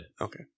okay